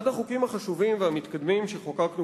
אחד החוקים החשובים והמתקדמים שחוקקנו